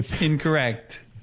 incorrect